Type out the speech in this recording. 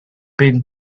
been